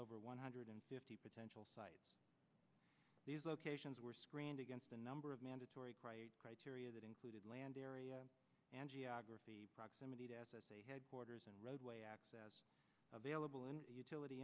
over one hundred fifty potential sites these locations were screened against a number of mandatory criteria that included land area and geography proximity to s s a headquarters and roadway access available and utility